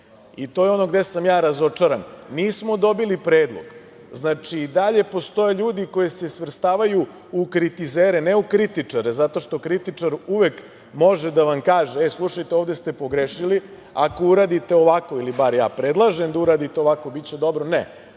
To je ono gde sam ja razočaran. Nismo dobili predlog, znači, i dalje postoje ljudi koji se svrstavaju u kritizere, ne u kritičare, zato što kritičar uvek može da vam kaže – e, slušajte, ovde ste pogrešili, ako uradite ovako, ili bar ja predlažem da uradite ovako, biće dobro. Ne,